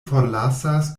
forlasas